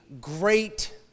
great